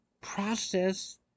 process